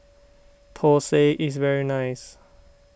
Thosai is very nice